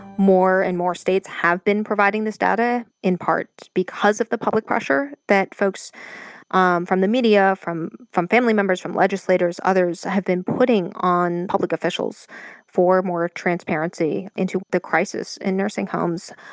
more and more states have been providing this data. in part, because of the public pressure that folks um from the media, from from family members, from legislators, others have been putting on public officials for more transparency into the crisis in nursing homes.